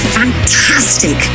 fantastic